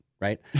Right